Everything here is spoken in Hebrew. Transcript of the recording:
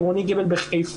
עירוני ג' בחיפה,